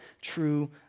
true